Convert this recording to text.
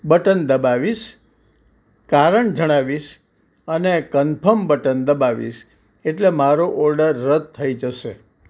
button દબાવીશ કારણ જણાવીશ અને કન્ફર્મ બટન દબાવીશ એટલે મારો ઓર્ડર રદ થઈ જશે